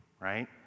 Right